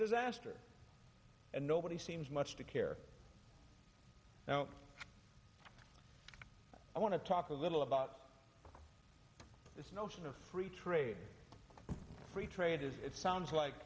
disaster and nobody seems much to care now i want to talk a little about this notion of free trade free trade is it sounds like